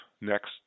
Next